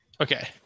Okay